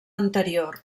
anterior